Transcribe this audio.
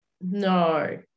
No